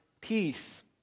peace